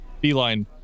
beeline